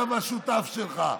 אתה והשותף שלך.